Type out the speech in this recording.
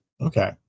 Okay